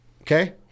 Okay